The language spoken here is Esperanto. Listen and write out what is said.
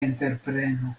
entrepreno